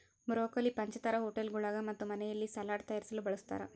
broccoli ಪಂಚತಾರಾ ಹೋಟೆಳ್ಗುಳಾಗ ಮತ್ತು ಮನೆಯಲ್ಲಿ ಸಲಾಡ್ ತಯಾರಿಸಲು ಬಳಸತಾರ